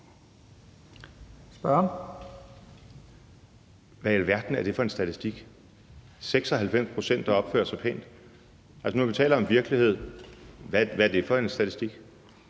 Hvad i alverden er det for en statistik med 96 pct., der opfører sig pænt? Nu, hvor vi taler om virkeligheden, vil jeg spørge: Hvad er det for en statistik?